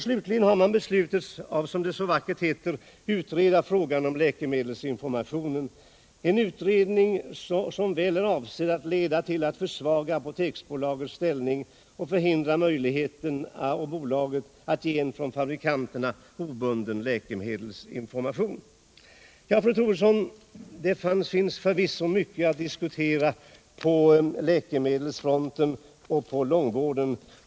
Slutligen har man beslutat att, som det så vackert heter, utreda frågan om läkemedelsinformationen, en utredning som väl är avsedd att leda till att försvaga Apoteksbolagets ställning och förhindra möjligheterna för bolaget att ge en från fabrikanterna obunden läkemedelsinformation. Det finns, fru Troedsson, förvisso mycket att diskutera på läkemedelsfronten och när det gäller långvården.